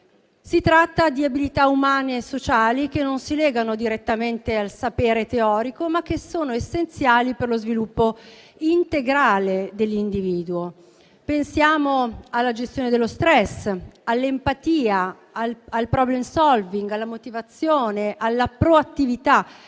Si tratta di abilità umane e sociali che non si legano direttamente al sapere teorico, ma che sono essenziali per lo sviluppo integrale dell'individuo. Pensiamo alla gestione dello stress, all'empatia, al *problem solving*, alla motivazione, alla proattività: